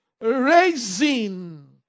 raising